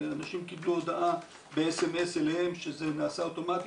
אנשים קיבלו הודעה ב-SMS אליהם שזה נעשה אוטומטית,